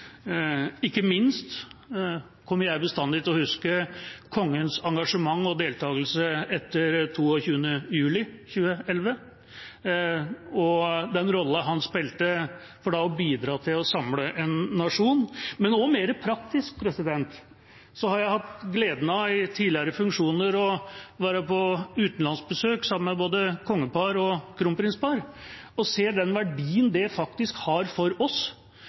Ikke minst kommer jeg bestandig til å huske kongens engasjement og deltakelse etter 22. juli 2011 og den rollen han spilte for å bidra til å samle en nasjon. Men også mer praktisk har jeg i tidligere funksjoner hatt gleden av å være på utenlandsbesøk sammen med både kongepar og kronprinspar og sett den verdien de faktisk har for oss